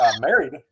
married